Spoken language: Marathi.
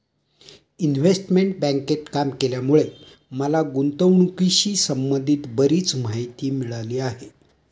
इन्व्हेस्टमेंट बँकेत काम केल्यामुळे मला गुंतवणुकीशी संबंधित बरीच माहिती मिळाली आहे